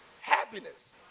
happiness